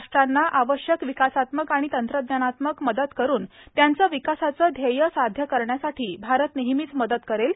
राष्ट्रांना आवश्यक विकासात्मक आणि तंत्रज्ञानात्मक मदत करून त्यांचं विकासाचं ध्येर्य साध्य करण्यासाठी भारत नेहमीच मदत करेल